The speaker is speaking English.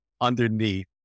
underneath